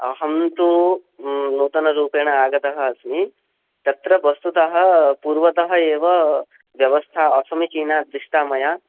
अहं तु नूतनरूपेण आगतः अस्मि तत्र वस्तुतः पूर्वतः एव व्यवस्था असमिचीना दृष्टा मया